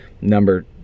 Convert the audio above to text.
number